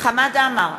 חמד עמאר,